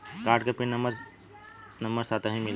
Card के pin number number साथही मिला?